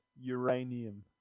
uranium